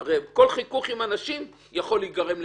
כל חיכוך עם אנשים יכול לגרום לסיכון,